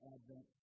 Advent